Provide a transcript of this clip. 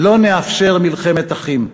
לא נאפשר מלחמת אחים.